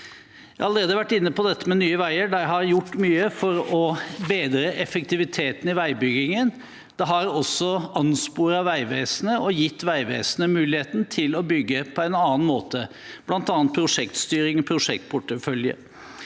Jeg har allerede vært inne på dette med Nye veier. De har gjort mye for å bedre effektiviteten i veibyggingen. Det har også ansporet Vegvesenet og gitt Vegvesenet muligheten til å bygge på en annen måte, bl.a. med prosjektstyring og prosjektportefølje.